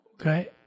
Okay